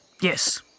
Yes